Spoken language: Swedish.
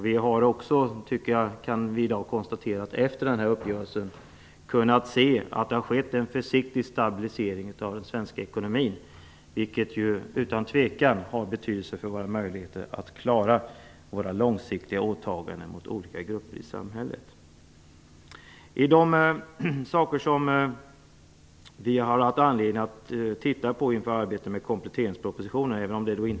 Vi kan i dag också konstatera att vi efter denna uppgörelse har kunnat se att det har skett en försiktig stabilisering av den svenska ekonomin, vilket ju utan tvekan har betydelse för våra möjligheter att klara våra långsiktiga åtaganden mot olika grupper i samhället. En av de frågor som vi har haft anledning att titta på inför arbetet med kompletteringspropositionen är frågan om en ohälsoförsäkring.